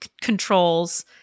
controls